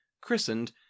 christened